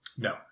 No